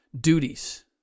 duties